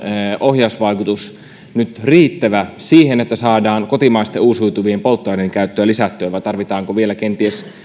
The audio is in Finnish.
ohjausvaikutus nyt riittävä siihen että saadaan kotimaisten uusiutuvien polttoaineiden käyttöä lisättyä vai tarvitaanko vielä kenties